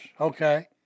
okay